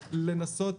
לנסות,